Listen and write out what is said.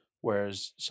Whereas